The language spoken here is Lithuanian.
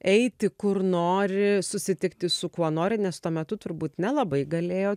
eiti kur nori susitikti su kuo nori nes tuo metu turbūt nelabai galėjo